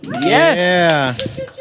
Yes